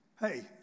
hey